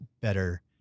better